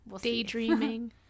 daydreaming